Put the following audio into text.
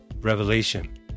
revelation